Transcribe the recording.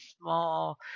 small